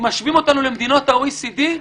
אם משווים אותנו למדינות ה-OECD,